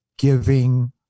giving